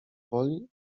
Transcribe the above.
woli